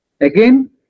again